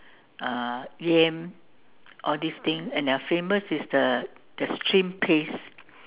uh yam all this thing and their famous is the the shrimp paste